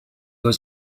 was